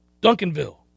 Duncanville